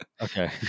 Okay